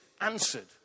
answered